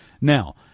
Now